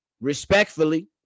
respectfully